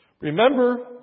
Remember